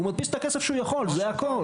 והוא מדפיס את הכסף שהוא יכול זה הכל.